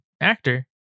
actor